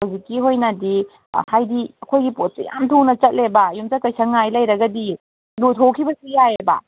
ꯍꯧꯖꯤꯛꯀꯤ ꯑꯣꯏꯅꯗꯤ ꯍꯥꯏꯗꯤ ꯑꯩꯈꯣꯏꯒꯤ ꯄꯣꯠꯁꯦ ꯌꯥꯝ ꯊꯨꯅ ꯆꯠꯂꯦꯕ ꯌꯨꯝꯁꯀꯩꯁ ꯉꯥꯏ ꯂꯩꯔꯒꯗꯤ ꯂꯣꯏꯊꯣꯛꯈꯤꯕꯁꯨ ꯌꯥꯏꯑꯕ